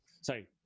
sorry